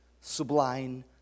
sublime